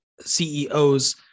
CEOs